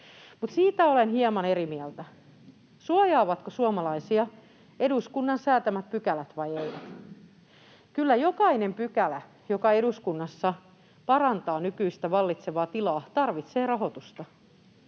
Siitä olen hieman eri mieltä, suojaavatko suomalaisia eduskunnan säätämät pykälät vai eivät. Kyllä jokainen pykälä, joka eduskunnassa parantaa nykyistä, vallitsevaa tilaa, tarvitsee rahoitusta.